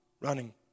Running